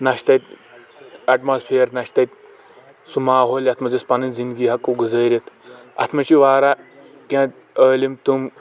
نہَ چھ تَتہِ ایٚٹماسفیر نہٕ چھِ تَتہِ سُہ ماحول یتھ منٛز أسۍ پنٕنۍ زِنٛدگی ہٮ۪کو گُذأرِتھ اَتھ منٛز چھِ وارا کیٚنٛہہ عألِم تِم